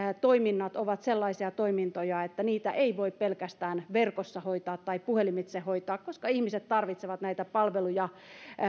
toiminnat ovat sellaisia toimintoja että niitä ei voi pelkästään verkossa hoitaa tai puhelimitse hoitaa koska ihmiset tarvitsevat näitä palveluja